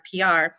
PR